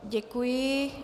Děkuji.